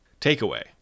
Takeaway